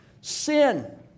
sin